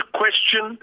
question